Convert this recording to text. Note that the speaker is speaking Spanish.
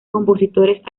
compositores